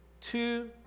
Two